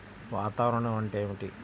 వాతావరణం అంటే ఏమిటి?